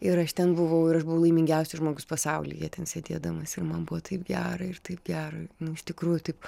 ir aš ten buvau ir aš buvau laimingiausias žmogus pasaulyje ten sėdėdamas ir man buvo taip gera ir taip gera nu iš tikrųjų taip